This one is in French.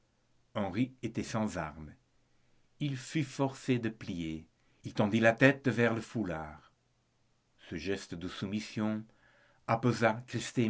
henri était sans armes il fut forcé de plier il tendit la tête vers le foulard ce geste de soumission apaisa